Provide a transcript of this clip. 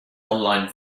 online